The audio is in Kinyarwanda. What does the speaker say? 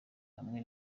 hamwe